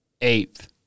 Eighth